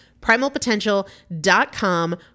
Primalpotential.com